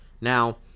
Now